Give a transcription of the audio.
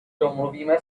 domluvíme